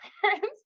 parents